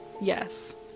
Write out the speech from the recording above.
Yes